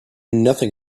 nothing